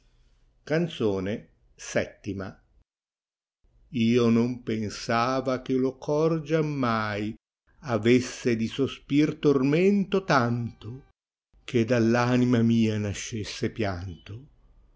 canzone io non pensava che lo cor giammai avesse di sospir tormento tanto che dalp anima mia nascesse pianto